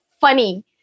funny